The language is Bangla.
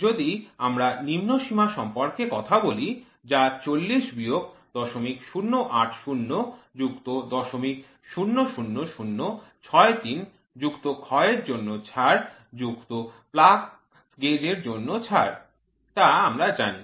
যদি আমরা নিম্ন সীমা সম্পর্কে কথা বলি যা ৪০০০ বিয়োগ ০০৮০ যুক্ত ০০০০৬৩ যুক্ত ক্ষয়ের জন্য ছাড় যুক্ত plus gauge এর জন্য ছাড় তা আমরা জানি